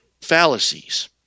fallacies